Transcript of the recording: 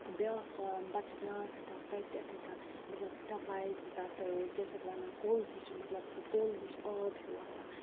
بیاکھ پارک پَتہٕ چھُ بیاکھ سِٹیٚپ تَتہِ یِتھَے کنۍ مطلب سٹیپ وایِز چھِ تَتھ کیٛاہ چھِ اَتھ وَنان کوٚل ہِش مطلب سُہ کوٚل ہِش آب ہیوٗ آسان